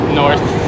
north